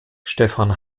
stefan